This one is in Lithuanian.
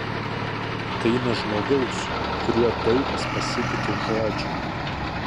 tai ne žmogaus kuriuo daug kas pasitiki žodžiai